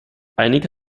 einige